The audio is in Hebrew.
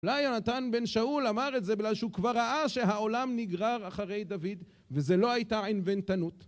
אולי יונתן בן שאול אמר את זה בגלל שהוא כבר ראה שהעולם נגרר אחרי דוד וזו לא הייתה ענוותנות